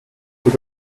peut